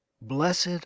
Blessed